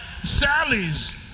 Sally's